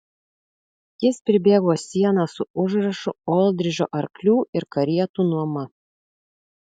jis pribėgo sieną su užrašu oldridžo arklių ir karietų nuoma